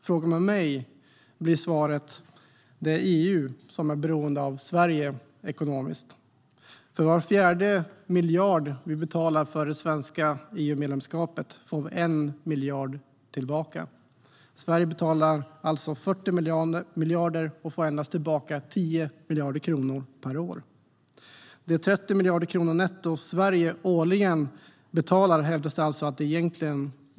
Om man frågar mig blir svaret: Det är EU som är beroende av Sverige ekonomiskt. För var fjärde miljard vi betalar för det svenska EU-medlemskapet får vi 1 miljard tillbaka. Sverige betalar alltså 40 miljarder och får endast tillbaka 10 miljarder kronor per år. Det hävdas alltså att de 30 miljarder kronor netto som Sverige årligen betalar inte är någon kostnad egentligen.